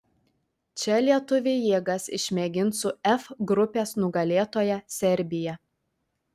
čia lietuviai jėgas išmėgins su f grupės nugalėtoja serbija